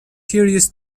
serious